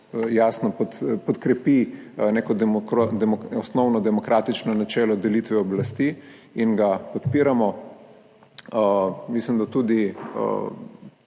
jasno podkrepi neko osnovno demokratično načelo delitve oblasti, in ga podpiramo. Mislim, da je tudi